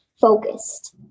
focused